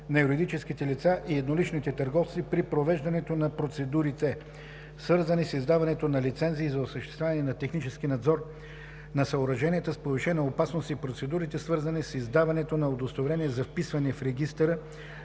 на юридическите лица и едноличните търговци при провеждането на процедурите, свързани с издаването на лицензии за осъществяване на технически надзор на съоръженията с повишена опасност и процедурите, свързани с издаването на удостоверения за вписване в регистъра